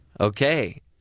Okay